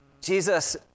Jesus